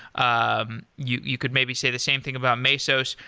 um you you could maybe say the same thing about mesos.